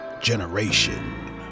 Generation